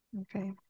Okay